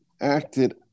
acted